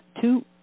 two